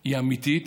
היא אמיתית,